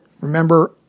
Remember